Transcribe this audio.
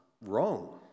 Wrong